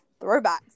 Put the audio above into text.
throwbacks